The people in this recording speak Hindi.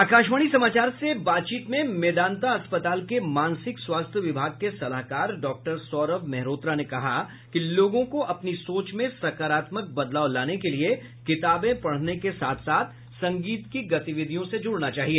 आकाशवाणी समाचार से बातचीत में मेदांता अस्पताल के मानसिक स्वास्थ्य विभाग के सलाहकार डॉक्टर सौरभ मेहरोत्रा ने कहा कि लोगों को अपनी सोच में सकारात्मक बदलाव लाने के लिए किताबें पढ़ने के साथ साथ संगीत की गतिविधियों से जुड़ना चाहिए